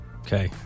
Okay